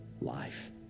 life